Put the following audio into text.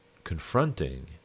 Confronting